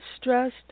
stressed